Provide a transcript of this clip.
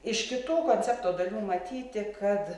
iš kitų koncepto dalių matyti kad